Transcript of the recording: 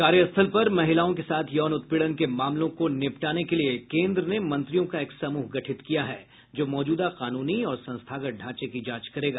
कार्यस्थल पर महिलाओं के साथ यौन उत्पीड़न के मामलों को निपटाने के लिए केंद्र ने मंत्रियों का एक समूह गठित किया है जो मौजूदा कानूनी और संस्थागत ढांचे की जांच करेगा